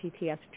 PTS